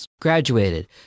graduated